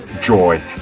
joy